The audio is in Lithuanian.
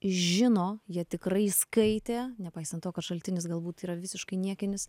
žino jie tikrai skaitė nepaisant to kad šaltinis galbūt yra visiškai niekinis